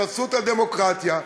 בחסות הדמוקרטיה,